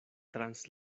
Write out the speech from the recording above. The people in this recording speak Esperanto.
trans